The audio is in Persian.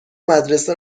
مدرسه